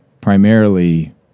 primarily